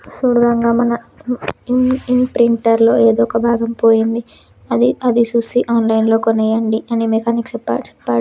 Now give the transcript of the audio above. సూడు రంగా మన ఇంప్రింటర్ లో ఎదో ఒక భాగం పోయింది అది సూసి ఆన్లైన్ లో కోనేయండి అని మెకానిక్ సెప్పాడు